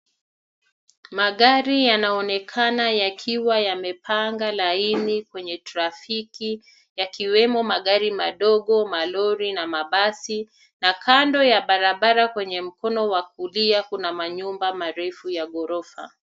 Magari yanaonekana yakiwa yamepanga laini kwenye trafiki yakiwemo magari madogo, malori na mabasi, na kando ya barabara kwenye mkono wa kulia kuna manyumba marefu ya ghorofa.